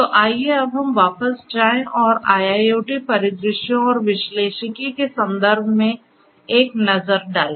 तो आइए अब हम वापस जाएं और IIoT परिदृश्यों और विश्लेषिकी के संदर्भ में एक नज़र डालें